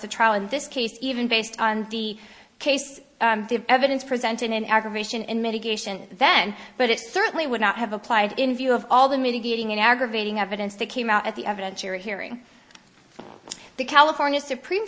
the trial in this case even based on the case the evidence presented in aggravation in mitigation then but it certainly would not have applied in view of all the mitigating and aggravating evidence that came out at the evidence you're hearing from the california supreme